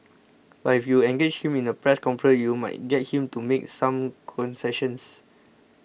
but if you engage him in a press conference you might get him to make some concessions